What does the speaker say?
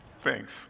thanks